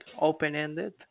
open-ended